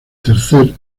tercer